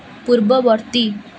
ପୂର୍ବବର୍ତ୍ତୀ